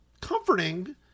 comforting